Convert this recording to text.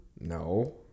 No